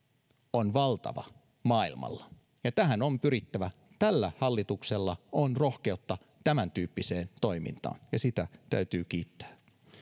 on valtava maailmalla ja tähän on pyrittävä tällä hallituksella on rohkeutta tämäntyyppiseen toimintaan ja sitä täytyy kiittää